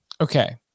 Okay